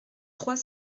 trois